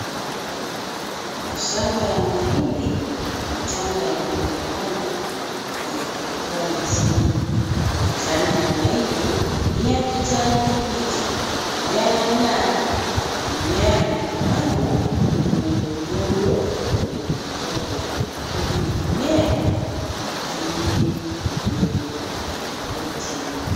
Mashamba ya mahindi machanga yanaonekana yakikua vizuri. Majani ya mahindi ya kijani kibichi na yanang'aa. Mimea imepandwa kwenye udongo wenye matope huku mimea mingine midogo ikikua chini.